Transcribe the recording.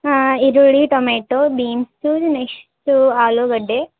ಹಾಂ ಈರುಳ್ಳಿ tomato beans ನೆಷ್ಟು ಆಲೂಗೆಡ್ಡೆ